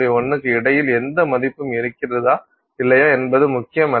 1 க்கு இடையில் எந்த மதிப்பும் இருக்கிறதா இல்லையா என்பது முக்கியமல்ல